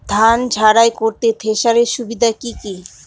ধান ঝারাই করতে থেসারের সুবিধা কি কি?